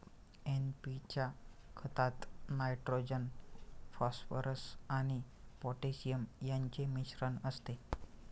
NP च्या खतात nitrogen, phosphorus आणि पोटॅशियम यांचे मिश्रण असते